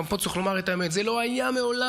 גם פה צריך לומר את האמת: זה לא היה מעולם,